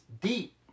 Deep